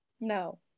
no